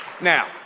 Now